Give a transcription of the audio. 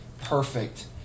perfect